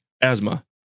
asthma